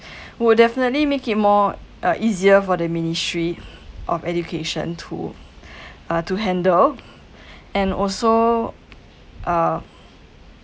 will definitely make it more uh easier for the ministry of education to uh to handle and also uh